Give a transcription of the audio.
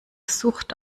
sucht